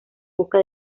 busca